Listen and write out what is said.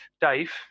Dave